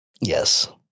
Yes